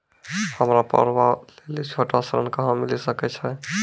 हमरा पर्वो लेली छोटो ऋण कहां मिली सकै छै?